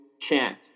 chant